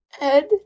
Ed